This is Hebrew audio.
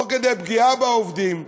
תוך כדי פגיעה בעובדים,